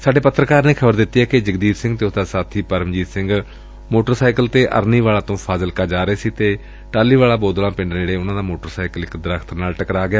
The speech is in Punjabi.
ਸਾਡੇ ਪੱਤਰਕਾਰ ਨੇ ਖ਼ਬਰ ਦਿੱਤੀ ਏ ਕਿ ਜਗਦੀਪ ਸਿੰਘ ਅਤੇ ਉਸ ਦਾ ਸਾਬੀ ਪਰਮਜੀਤ ਸਿੰਘ ਮੋਟਰ ਸਾਈਕਲ ਤੇ ਅਰਨੀਵਾਲਾ ਤੋਂ ਫਾਜ਼ਿਲਕਾ ਵੱਲ ਜਾ ਰਹੇ ਸਨ ਤੇ ਟਾਹਲੀਵਾਲਾ ਬੋਦਲਾ ਪਿੰਡ ਨੇੜੇ ਉਨ੍ਨਾਂ ਦਾ ਮੋਟਰ ਸਾਈਕਲ ਇਕ ਦਰਖ਼ਤ ਨਾਲ ਟਕਰਾ ਗਿਆ